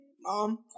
mom